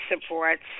supports